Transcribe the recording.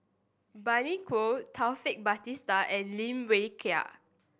Bani Buang Taufik Batisah and Lim Wee Kiak